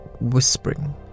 whispering